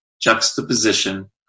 juxtaposition